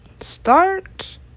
start